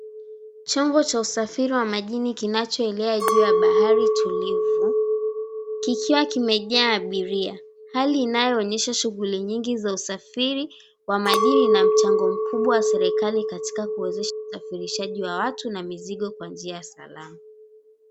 Chombo cha usafiri wa majini kinachoelea juu ya bahari tulivu kikiwa kimejaa abiria hali inayoonyesha shughuli nyingi za usafiri wa majini na mchango mkubwa wa serikali katika kuwezesha usafirishaji wa watu na mizigo kwa njia salama.